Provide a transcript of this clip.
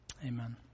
Amen